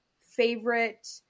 favorite